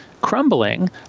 crumbling